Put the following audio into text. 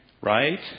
Right